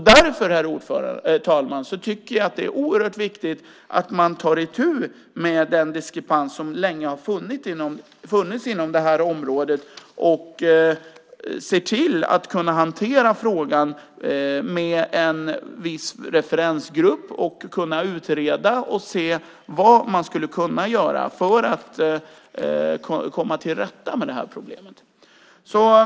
Därför, herr talman, är det viktigt att man tar itu med den diskrepans som länge har funnits på detta område och ser till att hantera frågan med en referensgrupp som kan utreda och se vad som kan göras för att komma till rätta med problemet.